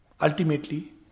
Ultimately